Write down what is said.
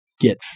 get